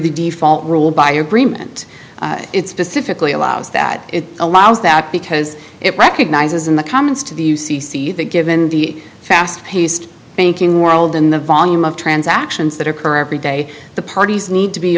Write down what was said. the default rule by your bream and it's specifically allows that it allows that because it recognizes in the comments to the u c c that given the fast paced banking world and the volume of transactions that occur every day the parties need to be